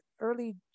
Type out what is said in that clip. early